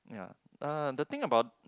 ya uh the thing about